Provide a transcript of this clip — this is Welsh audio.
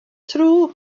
tro